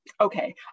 okay